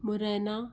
Morena